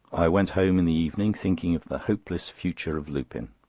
i went home in the evening, thinking of the hopeless future of lupin.